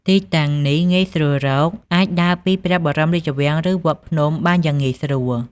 ទីតាំងនេះងាយស្រួលរក អាចដើរពីព្រះបរមរាជវាំង ឬវត្តភ្នំបានយ៉ាងងាយស្រួល។